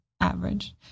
Average